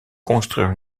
construire